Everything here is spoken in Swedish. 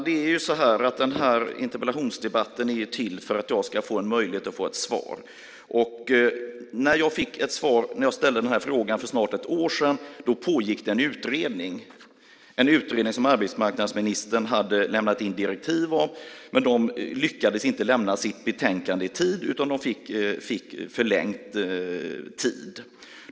Herr talman! Den här interpellationsdebatten är till för att jag ska ha möjlighet att få ett svar. När jag ställde denna fråga för snart ett år sedan fick jag till svar att det pågick en utredning, en utredning som arbetsmarknadsministern hade lämnat direktiv till. Den lyckades dock inte avlämna sitt betänkande i tid utan fick förlängd tid.